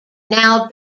now